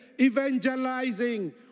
evangelizing